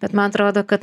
bet man atrodo kad